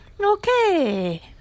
Okay